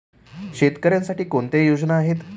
शेतकऱ्यांसाठी कोणत्या योजना आहेत?